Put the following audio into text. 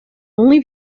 only